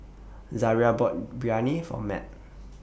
Zariah bought Biryani For Mat